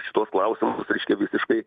šituos klausim reiškia visiškai